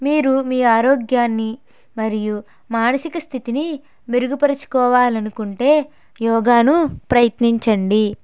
మీరు మీ ఆరోగ్యాన్ని మరియు మానసిక స్థితిని మెరుగుపరుచుకోవాలనుకుంటే యోగాను ప్రయత్నించండి